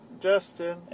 Justin